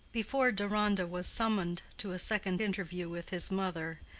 before deronda was summoned to a second interview with his mother,